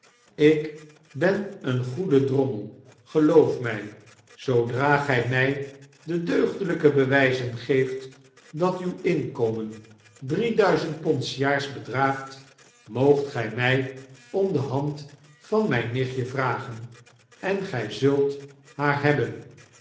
ik ben een goede drommel geloof mij zoodra gij mtj de deugdelijke bewyzen geeft dat uw inkomen drie duizend pond s jaars bedraagt moogt gij mg om de hand van mjjn nichtje vragen en gij zult haar hebben